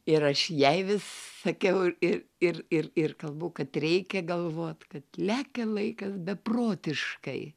ir aš jai vis sakiau ir ir ir ir kalbu kad reikia galvot kad lekia laikas beprotiškai